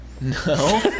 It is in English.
No